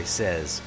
says